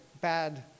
bad